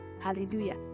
hallelujah